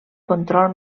control